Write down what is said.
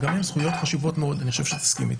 שגם הן זכויות חשובות מאוד ואני חושב שתסכים איתי.